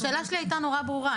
השאלה שלי הייתה נורא ברורה.